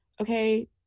Okay